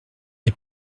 est